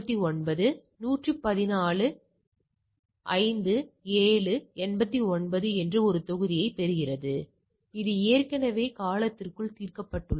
114 dot 5 dot 7 dot 89 என்று ஒரு தொகுதியைப் பெறுகிறது இது ஏற்கனவே காலத்திற்குள் தீர்க்கப்பட்டுள்ளது